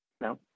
no